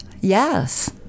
Yes